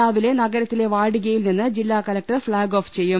രാവിലെ നഗരത്തിലെ വാടികയിൽ നിന്ന് ജില്ലാ കളക്ടർ ഫ്ളാഗ് ഓഫ് ചെയ്യും